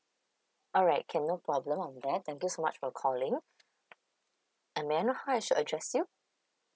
alright can no problem on that thank you so much for calling and may I know I should address you